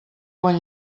bon